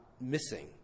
missing